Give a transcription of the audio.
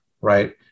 right